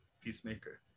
Peacemaker